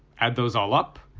add those all up,